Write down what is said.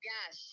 Yes